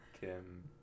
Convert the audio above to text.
Kim